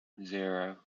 zero